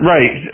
Right